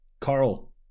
Carl